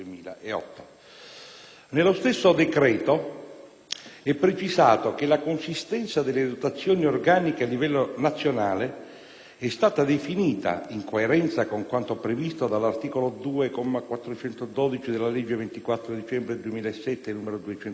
Nello stesso decreto è precisato che la consistenza delle dotazioni organiche a livello nazionale è stata definita in coerenza con quanto previsto dall'articolo 2, comma 412, della legge 24 dicembre 2007, n. 244